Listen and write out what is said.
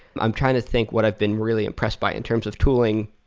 i'm trying to think what i've been really impressed by in terms of tooling,